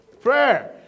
Prayer